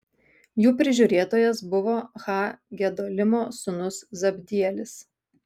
jų prižiūrėtojas buvo ha gedolimo sūnus zabdielis